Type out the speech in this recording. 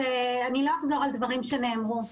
לא אחזור על דברים שנאמרו.